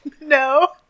No